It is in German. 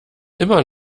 immer